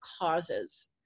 causes